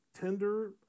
tender